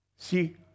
See